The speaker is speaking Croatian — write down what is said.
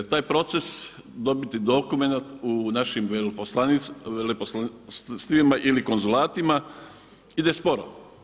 Taj proces dobiti dokumenata u našim veleposlanstvima ili konzulatima ide sporo.